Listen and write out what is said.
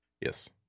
Yes